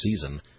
season